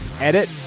Edit